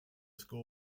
school